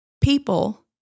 people